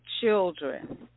children